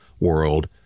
world